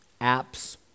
Apps